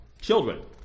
children